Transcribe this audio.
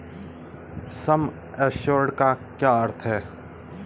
सम assured का क्या अर्थ है?